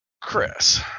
Chris